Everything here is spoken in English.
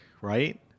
right